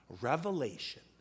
revelation